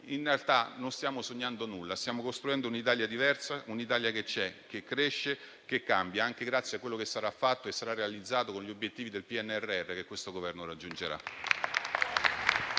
In realtà non stiamo sognando nulla; stiamo costruendo un'Italia diversa, un'Italia che c'è, che cresce, che cambia, anche grazie a quello che sarà fatto e sarà realizzato con gli obiettivi del PNRR che il Governo raggiungerà.